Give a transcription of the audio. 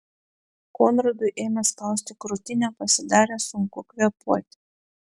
konradui ėmė spausti krūtinę pasidarė sunku kvėpuoti